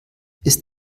ist